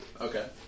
Okay